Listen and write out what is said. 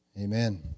amen